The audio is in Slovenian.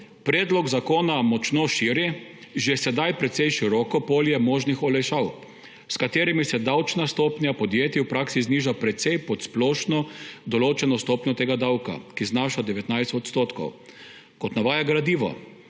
predlog zakona močno širi že sedaj precej široko polje možnih olajšav, s katerimi se davčna stopnja podjetij v praksi zniža precej pod splošno določeno stopnjo tega davka, ki znaša 19 %. Kot navaja gradivo,